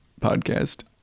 podcast